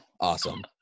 awesome